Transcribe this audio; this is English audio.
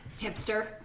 Hipster